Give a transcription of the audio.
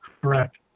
Correct